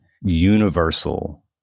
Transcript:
universal